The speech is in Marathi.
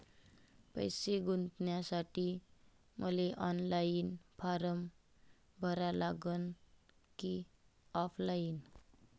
पैसे गुंतन्यासाठी मले ऑनलाईन फारम भरा लागन की ऑफलाईन?